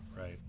right